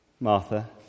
Martha